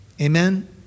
Amen